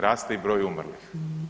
Raste i broj umrlih.